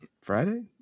Friday